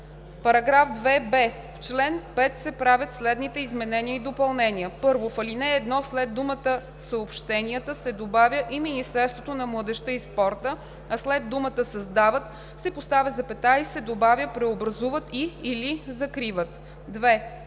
закон.“ § 2б. В чл. 5 се правят следните изменения и допълнения: „1. В ал. 1 след думата „съобщенията“ се добавя „и Министерството на младежта и спорта“, а след думата „създават“ се поставя запетая и се добавя „преобразуват и/или закриват“.